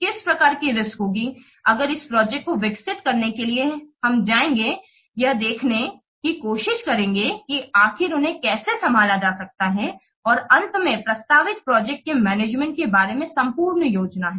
किस प्रकार की रिस्क होगी अगर इस प्रोजेक्ट को विकसित करने के लिए हम जाएंगे यह देखने की कोशिश करेंगे कि आखिर उन्हें कैसे संभाला जा सकता है और अंत में प्रस्तावित प्रोजेक्ट के मैनेजमेंट के बारे में भी संपूर्ण योजना है